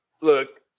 look